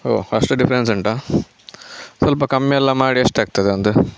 ಓ ಅಷ್ಟು ಡಿಫ್ರೆನ್ಸ್ ಉಂಟಾ ಸ್ವಲ್ಪ ಕಮ್ಮಿ ಎಲ್ಲ ಮಾಡಿ ಎಷ್ಟಾಗ್ತದೆ ಒಂದು